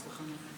עם חולם.